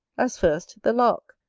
as first the lark,